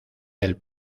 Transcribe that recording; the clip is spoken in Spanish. del